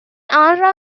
آنرا